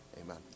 amen